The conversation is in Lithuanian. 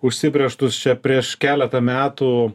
užsibrėžtus čia prieš keletą metų